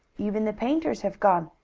even the painters have gone.